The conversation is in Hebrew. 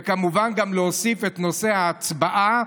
וכמובן גם להוסיף את נושא ההצבעה,